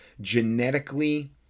genetically